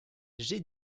j’ai